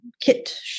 kit